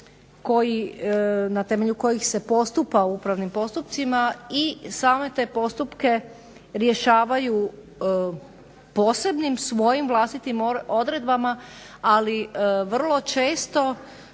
na temelju kojih se postupa u upravnim postupcima i same te postupke rješavaju posebnim svojim vlastitim odredbama ali vrlo često